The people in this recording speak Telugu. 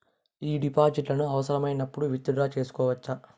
ఈ డిపాజిట్లను అవసరమైనప్పుడు విత్ డ్రా సేసుకోవచ్చా?